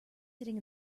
sitting